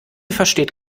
versteht